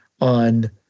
on